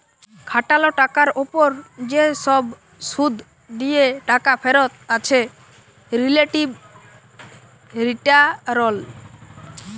খাটাল টাকার উপর যে সব শুধ দিয়ে টাকা ফেরত আছে রিলেটিভ রিটারল